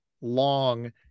long